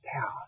power